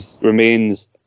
remains